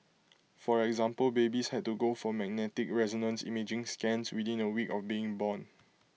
for example babies had to go for magnetic resonance imaging scans within A week of being born